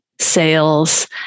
sales